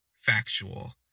factual